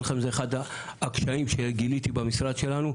לכם זה אחד הקשיים שגיליתי במשרד שלנו,